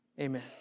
Amen